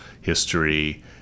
history